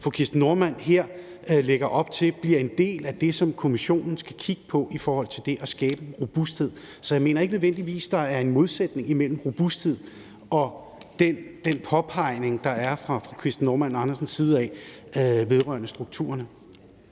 fru Kirsten Normann Andersen her lægger op til, bliver en del af det, som kommissionen skal kigge på i forhold til det at skabe en robusthed. Så jeg mener ikke nødvendigvis, der er en modsætning imellem robustheden og den påpegning, der er fra fru Kirsten Normann Andersens side vedrørende strukturerne.